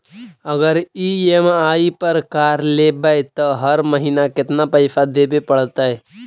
अगर ई.एम.आई पर कार लेबै त हर महिना केतना पैसा देबे पड़तै?